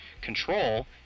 Control